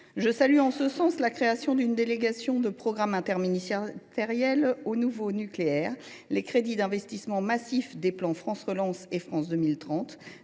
Je salue en ce sens la création d’une délégation de programme interministérielle au nouveau nucléaire, le déploiement de crédits d’investissement massifs dans le cadre des plans France Relance et France 2030,